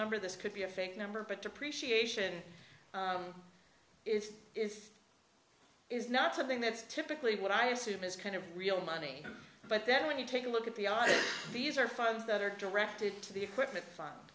number this could be a fake number but depreciation is is not something that's typically what i assume is kind of real money but then when you take a look at these are funds that are directed to the equipment